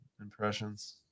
impressions